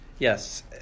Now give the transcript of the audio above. Yes